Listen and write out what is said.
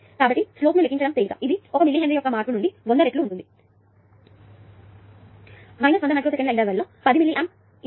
కాబట్టి స్లోప్ ను లెక్కించడం తేలిక ఇది 1 మిల్లీ హెన్రీ యొక్క మార్పు కంటే 100 రెట్లు ఉంటుంది 100 మైక్రో సెకన్ల ఇంటర్వెల్ లో 10 మిల్లీ ఆంప్ ఇది 0